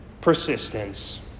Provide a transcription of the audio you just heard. persistence